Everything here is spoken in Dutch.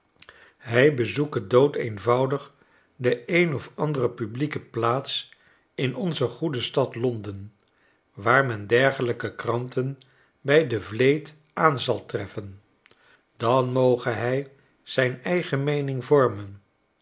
hij bezoeke doodeenvoudig de een of andere publieke plaats in onze goede stad l on den waar men dergelijke kranten bij de vleet aan zal treffen dan moge hij zijneigen meening vormen